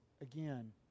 again